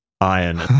iron